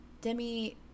Demi